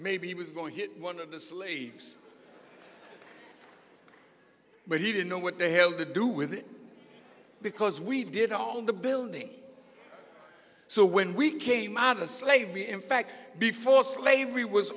maybe he was going to hit one of the slaves but he didn't know what the hell they do with it because we did all the building so when we came out of slavery in fact before slavery was